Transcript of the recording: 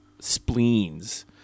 spleens